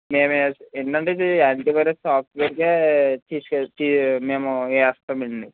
మేము ఏంటండీ ఇదీ యాంటీవైరస్ సాఫ్ట్వేర్కే తీసుకొచ్చి మేము వేస్తామండి